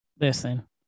listen